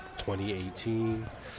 2018